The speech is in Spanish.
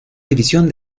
división